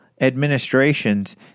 administrations